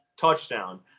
touchdown